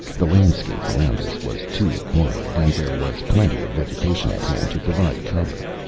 the landscape around us was too quiet. and there was plenty of vegetation at hand to provide cover.